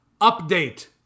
Update